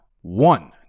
one